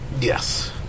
Yes